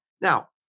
Now